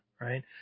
Right